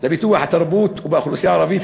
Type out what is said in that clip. התרבות באוכלוסייה הערבית,